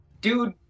dude